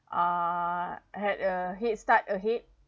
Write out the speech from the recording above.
err had a headstart ahead